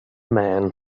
man